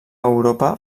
europa